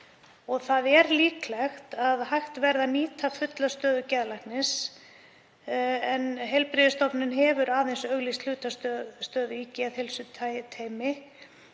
og er líklegt að hægt verði að nýta fulla stöðu geðlæknis, en heilbrigðisstofnunin hefur aðeins auglýst hlutastöðu í geðheilsuteymi